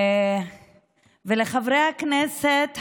ולחברי הכנסת המבולבלים,